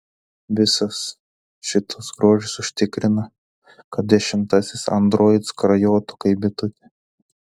visas šitas grožis užtikrina kad dešimtasis android skrajotų kaip bitutė